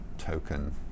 token